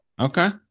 okay